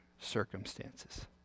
circumstances